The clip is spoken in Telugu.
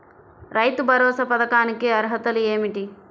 రైతు భరోసా పథకానికి అర్హతలు ఏమిటీ?